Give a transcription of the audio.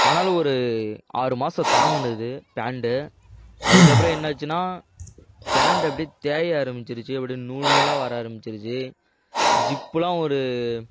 ஆனாலும் ஒரு ஆறு மாசம் தாங்குனது பேண்ட்டு அதுக்கப்புறம் என்னாச்சின்னா பேண்ட்டு அப்படியே தேய ஆரம்பிச்சிருச்சு அப்படியே நூல் நூலா வர ஆரம்பிச்சுருச்சு ஜிப்புலாம் ஒரு